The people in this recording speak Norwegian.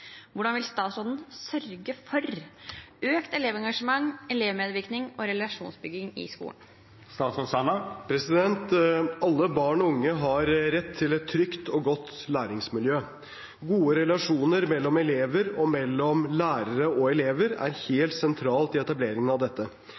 Hvordan vil statsråden sørge for økt elevengasjement, elevmedvirkning og relasjonsbygging i skolen?» Alle barn og unge har rett til et trygt og godt læringsmiljø. Gode relasjoner mellom elever og mellom lærere og elever er